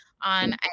on